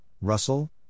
Russell